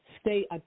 stay